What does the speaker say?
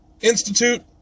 Institute